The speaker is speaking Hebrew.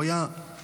הוא היה מדינאי,